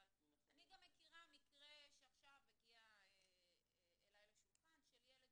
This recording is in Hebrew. אבל אני גם מכירה מקרה שעכשיו הגיע אליי לשלוחן של ילד